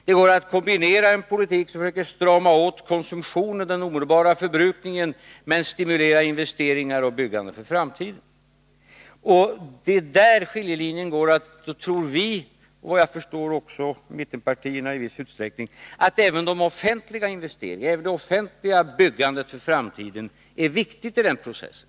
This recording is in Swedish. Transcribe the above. Det går att kombinera en politik som försöker strama åt den omedelbara konsumtionen, förbrukningen, men som stimulerar investeringar och byggande för framtiden. Det är där vi, och även mittenpartierna i viss utsträckning, tror att skiljelinjen går. Även de offentliga investeringarna, även det offentliga byggandet för framtiden är viktigt i den processen.